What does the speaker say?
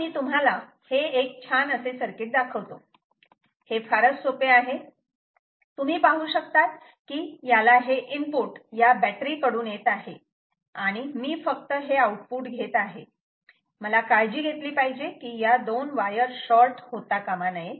तर मी तुम्हाला हे एक छान असे सर्किट दाखवतो हे फारच सोपे आहे तुम्ही पाहू शकतात की याला हे इनपुट या बॅटरी कडून येत आहे आणि मी फक्त हे आउटपुट घेत आहे मला काळजी घेतली पाहिजे की या दोन वायर शॉर्ट होता कामा नये